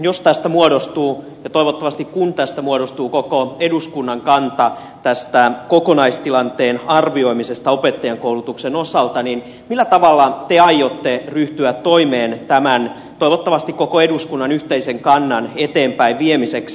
jos tästä muodostuu ja toivottavasti kun tästä muodostuu koko eduskunnan kanta tästä kokonaistilanteen arvioimisesta opettajankoulutuksen osalta millä tavalla te aiotte ryhtyä toimeen tämän toivottavasti koko eduskunnan yhteisen kannan eteenpäinviemiseksi